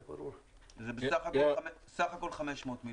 זה סך הכל 500 מיליון.